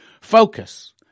Focus